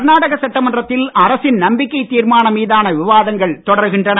கர்நாடக சட்டமன்றத்தில் அரசின் நம்பிக்கைத் தீர்மானம் மீதான விவாதங்கள் தொடர்கின்றன